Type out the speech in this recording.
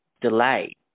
delay